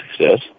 success